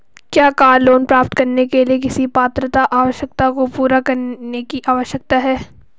क्या car loan प्राप्त करने के लिए किसी पात्रता आवश्यकता को पूरा करने की आवश्यकता है?